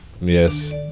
yes